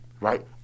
Right